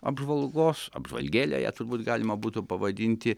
apžvalgos apžvalgėle ją turbūt galima būtų pavadinti